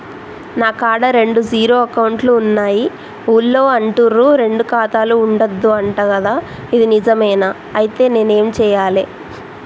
నా కాడా రెండు జీరో అకౌంట్లున్నాయి ఊళ్ళో అంటుర్రు రెండు ఖాతాలు ఉండద్దు అంట గదా ఇది నిజమేనా? ఐతే నేనేం చేయాలే?